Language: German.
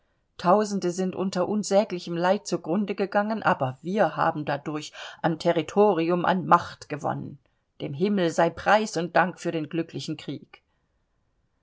tausende sind unter unsäglichem leid zu grunde gegangen aber wir haben dadurch an territorium an macht gewonnen dem himmel sei preis und dank für den glücklichen krieg